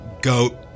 goat